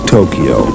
Tokyo